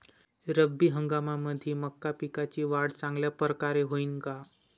रब्बी हंगामामंदी मका पिकाची वाढ चांगल्या परकारे होईन का?